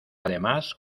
además